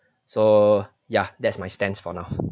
so ya that's my stance for now